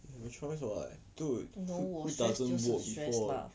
you have a choice [what] dude who doesn't work before